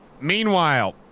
Meanwhile